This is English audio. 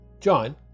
John